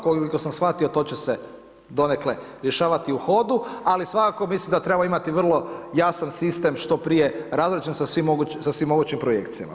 Koliko sam shvatio to će se donekle rješavati u hodu, ali svakako mislim da trebamo imati vrlo jasan sistem što prije razrađen sa svim mogućim projekcijama.